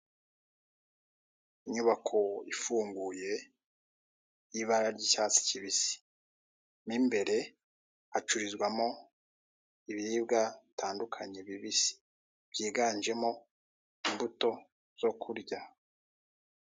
Inyubako ifunguye, y'ibara ry'icyatsi kibisi. Mo imbere hacururizwamo ibiribwa bitandukanye, bibisi. Byiganjemo imbuto zo kurya.